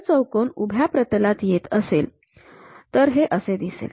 जर चौकोन उभ्या प्रतलात येत असेल तर हे असे दिसेल